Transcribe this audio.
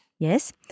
Yes